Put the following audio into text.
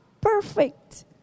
perfect